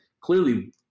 clearly